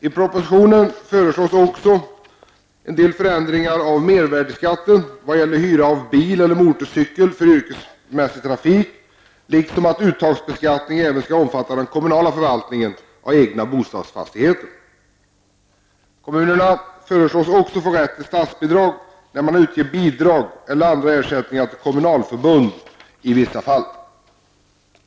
I propositionen föreslås också en del förändringar av mervärdeskatten vad gäller hyra av bil eller motorcykel för yrkesmässig trafik liksom att uttagsbeskattning även skall omfatta den kommunala förvaltningen av egna bostadsfastigheter. Kommunerna föreslås även få rätt till statsbidrag när man utger bidrag eller andra ersättningar till kommunalförbund i vissa fall.